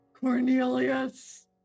Cornelius